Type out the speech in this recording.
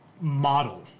model